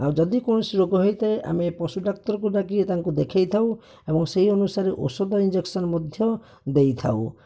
ଆଉ ଯଦି କୌଣସି ରୋଗ ହୋଇଥାଏ ଆମେ ପଶୁ ଡାକ୍ତରକୁ ଡାକି ତାଙ୍କୁ ଦେଖାଇ ଥାଉ ଏବଂ ସେଇ ଅନୁସାରେ ଔଷଧ ଇଞ୍ଜେକସନ ମଧ୍ୟ ଦେଇଥାଉ